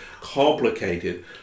complicated